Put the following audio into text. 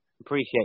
appreciate